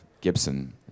Gibson